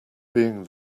being